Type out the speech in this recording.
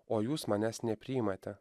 o jūs manęs nepriimate